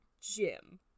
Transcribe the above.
Jim